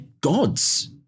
gods